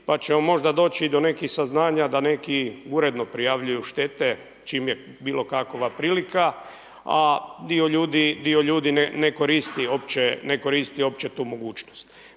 pa ćemo možda doći i do nekih saznanja da neki uredno prijavljuju štete čim je bilo kakva prilika a dio ljudi ne koristi uopće tu mogućnost.